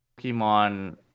Pokemon